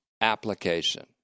application